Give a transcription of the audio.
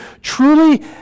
truly